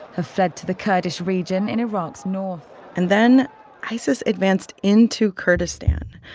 have fled to the kurdish region in iraq's north and then isis advanced into kurdistan.